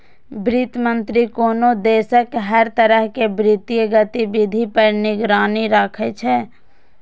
वित्त मंत्री कोनो देशक हर तरह के वित्तीय गतिविधि पर निगरानी राखै छै